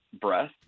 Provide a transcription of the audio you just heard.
breath